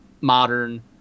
modern